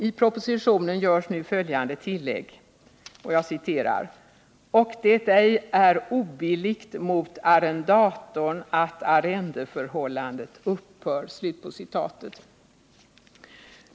I propositionen görs nu följande tillägg: ”och det ej är obilligt mot arrendatorn att arrendeförhållandet upphör”.